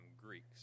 Greeks